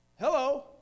Hello